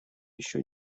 еще